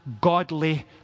godly